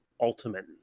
Ultimate